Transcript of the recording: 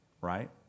Right